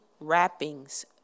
wrappings